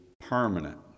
permanent